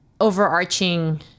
overarching